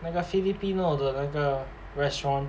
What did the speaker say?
那个 filipino 的那个 restaurant